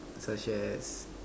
such as